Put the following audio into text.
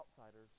outsiders